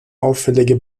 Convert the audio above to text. auffällige